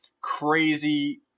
crazy